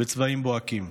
בצבעים בוהקים.